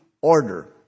order